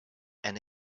and